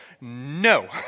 No